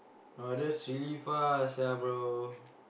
oh that's really far sia bro